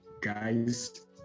guys